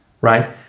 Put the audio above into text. right